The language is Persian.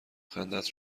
خندت